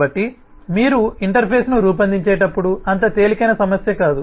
కాబట్టి మీరు ఇంటర్ఫేస్ను రూపొందించేటప్పుడు అంత తేలికైన సమస్య కాదు